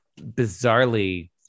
bizarrely